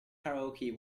karaoke